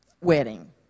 wedding